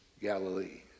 Galilee